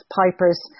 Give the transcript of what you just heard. pipers